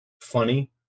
funny